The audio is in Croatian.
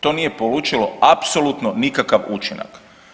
To nije polučilo apsolutno nikakav učinak.